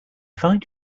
find